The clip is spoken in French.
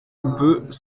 houppeux